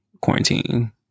quarantine